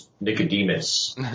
Nicodemus